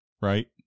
right